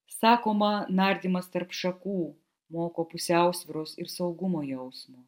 sakoma nardymas tarp šakų moko pusiausvyros ir saugumo jausmo